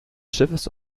schiffes